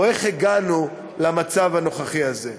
או איך הגענו למצב הזה?